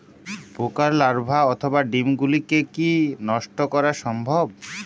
পোকার লার্ভা অথবা ডিম গুলিকে কী নষ্ট করা সম্ভব?